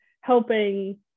helping